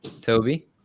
Toby